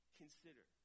consider